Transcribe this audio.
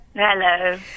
Hello